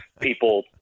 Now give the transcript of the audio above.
people